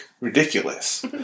ridiculous